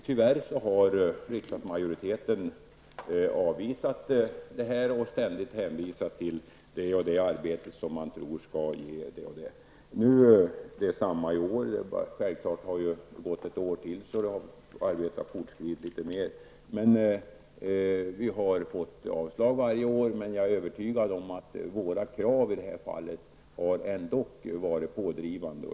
Tyvärr har riksdagsmajoriteten avvisat frågan och ständigt hänvisat till olika utredningar. Det är samma sak i år. Det har nu gått ett år till. Arbetet har väl fortskridit litet. Vi har fått avslag varje år. Men jag är övertygad om att våra krav ändock har varit pådrivande.